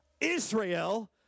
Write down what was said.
Israel